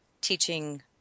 teaching